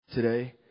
today